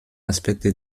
aspekte